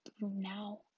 now